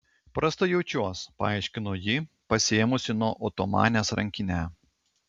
prastai jaučiuos paaiškino ji pasiėmusi nuo otomanės rankinę